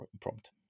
prompt